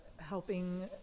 helping